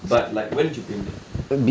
but like when did you paint it